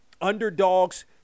underdogs